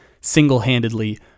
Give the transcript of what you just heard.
single-handedly